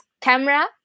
camera